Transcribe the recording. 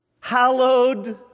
Hallowed